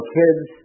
kids